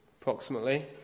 approximately